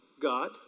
God